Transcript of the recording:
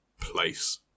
place